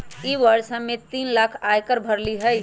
ई वर्ष हम्मे तीन लाख आय कर भरली हई